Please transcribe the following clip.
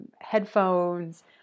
headphones